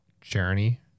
journey